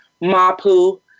Mapu